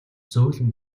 зөөлөн